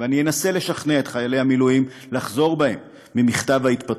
ואני אנסה לשכנע את חיילי המילואים לחזור בהם ממכתב ההתפטרות,